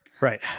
Right